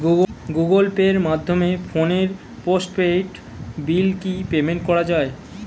Google পের মাধ্যমে ফোনের পোষ্টপেইড বিল কি পেমেন্ট করা যায়?